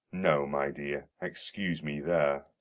no, my dear, excuse me there.